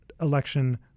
election